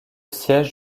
siège